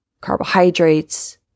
carbohydrates